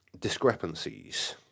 discrepancies